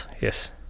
Yes